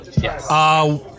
yes